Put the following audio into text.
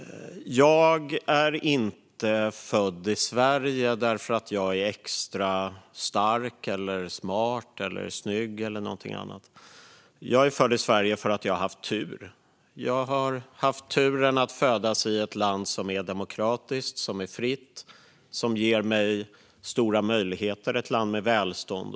Jag är inte född i Sverige därför att jag är extra stark, smart, snygg eller någonting annat. Jag är född i Sverige för att jag har haft tur. Jag har haft turen att födas i ett land som är demokratiskt och fritt och som ger mig stora möjligheter - i ett land med välstånd.